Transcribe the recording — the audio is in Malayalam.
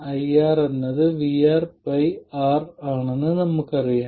IR എന്നത് VRR ആണെന്ന് നമുക്കറിയാം